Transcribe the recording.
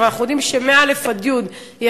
אבל אנחנו יודעים שמא' עד י' האחריות